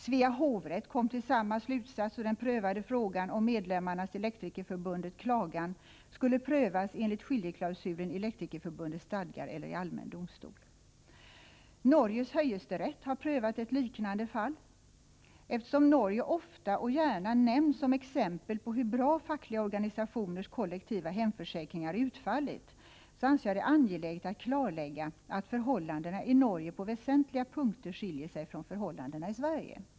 Svea hovrätt kom till samma slutsats då den prövade frågan om medlemmarnas i Elektrikerförbundet klagan skulle prövas enligt skiljeklausulen i Elektrikerförbundets stadgar eller i allmän domstol. Norges Hgyesterett har prövat ett liknande fall. Eftersom Norge ofta och - gärna nämns som exempel på hur bra fackliga organisationers kollektiva hemförsäkringar utfallit, anser jag det angeläget att klarlägga att förhållandena i Norge på väsentliga punkter skiljer sig från förhållandena i Sverige.